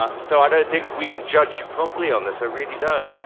ah so, i don't think we can judge you properly on this, oh really dad